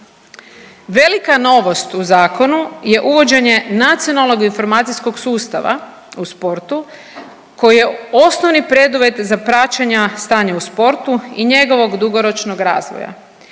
Velika novost u zakonu je uvođenje Nacionalnog informacijskog sustava u sportu koji je osnovni preduvjet za praćenja stanja u sportu i njegovog dugoročnog razvoja.